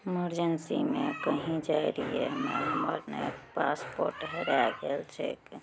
इमरजेन्सीमे कहीं जाइ रहियइ हमर ने पासपोर्ट हराय गेल छै